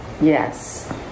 Yes